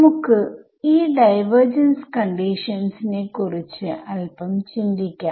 നമുക്ക് ഈ divergence conditions നെ കുറിച്ചു അല്പം ചിന്തിക്കാം